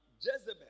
Jezebel